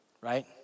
right